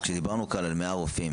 כשדיברנו כאן על 100 רופאים,